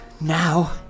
now